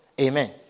Amen